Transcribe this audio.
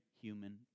human